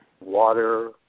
water